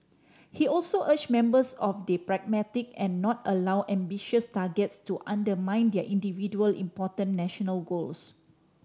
he also urged members of pragmatic and not allow ambitious targets to undermine their individual important national goals